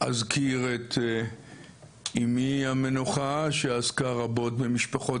אזכיר את אימי המנוחה שעסקה רבות במשפחות